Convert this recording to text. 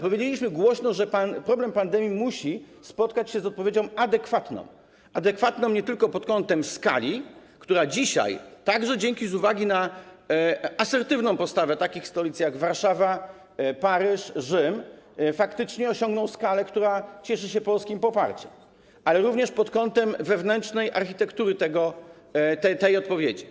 Powiedzieliśmy głośno, że problem pandemii musi spotkać się z odpowiedzią adekwatną nie tylko pod kątem skali, która dzisiaj, także z uwagi na asertywną postawę takich stolic jak Warszawa, Paryż, Rzym, faktycznie osiągnęła poziom, który cieszy się polskim poparciem, ale również pod kątem wewnętrznej architektury tej odpowiedzi.